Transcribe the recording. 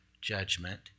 judgment